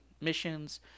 missions